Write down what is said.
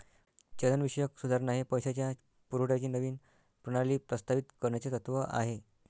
चलनविषयक सुधारणा हे पैशाच्या पुरवठ्याची नवीन प्रणाली प्रस्तावित करण्याचे तत्त्व आहे